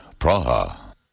Praha